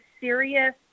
serious